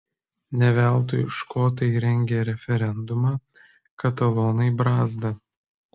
ne veltui škotai rengė referendumą katalonai brazda